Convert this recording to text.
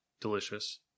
Delicious